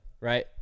Right